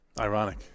Ironic